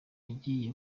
agiye